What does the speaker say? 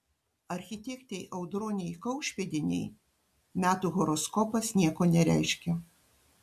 architektei audronei kaušpėdienei metų horoskopas nieko nereiškia